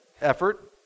effort